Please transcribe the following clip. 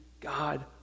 God